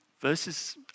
verses